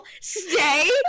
stay